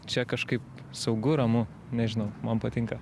čia kažkaip saugu ramu nežinau man patinka